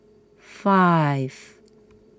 five